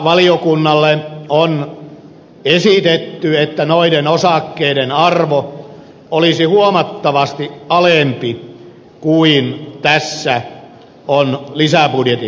valiokunnalle on esitetty että noiden osakkeiden arvo olisi huomattavasti alempi kuin tässä lisäbudjetissa on esitetty